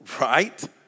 Right